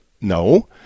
No